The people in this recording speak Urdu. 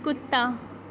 کتّا